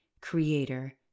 creator